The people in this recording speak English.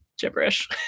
gibberish